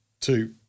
two